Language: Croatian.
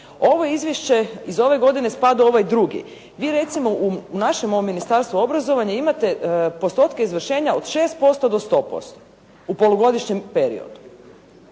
Ovo izvješće iz ove godine spada u ovaj drugi. Vi recimo u našem ovom Ministarstvu obrazovanja imate postotke izvršenja od 6% do 100% u polugodišnjem periodu.